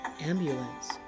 Ambulance